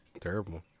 Terrible